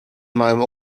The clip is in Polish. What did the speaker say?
małym